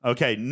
Okay